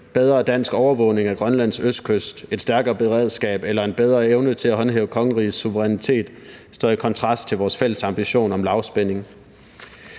bedre dansk overvågning af Grønlands østkyst, et stærkere beredskab eller en bedre evne til at håndhæve kongerigets suverænitet står i kontrast til vores fælles ambition om lavspænding.